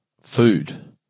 food